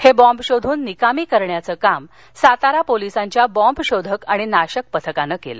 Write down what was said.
हे बॉम्ब शोधून निकामी करण्याचं काम सातारा पोलिसांच्या बॉम्ब शोधक आणि नाशक पथकाने केले